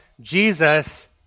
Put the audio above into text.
Jesus